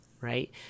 Right